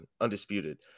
undisputed